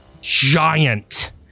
giant